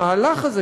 המהלך הזה,